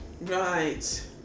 Right